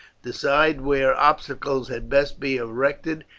decide where obstacles had best be erected,